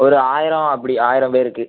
ஒரு ஆயிரம் அப்படி ஆயிரம் பேருக்கு